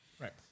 Right